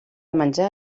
menjar